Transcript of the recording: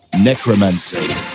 necromancy